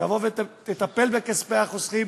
תבוא ותטפל בכספי החוסכים